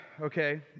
okay